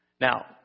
Now